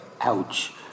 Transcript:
Ouch